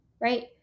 Right